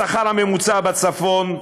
השכר הממוצע בצפון,